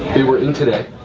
they were in today.